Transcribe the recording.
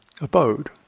abode